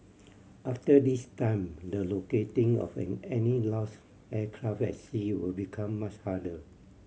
after this time the locating of an any lost aircraft at sea will become much harder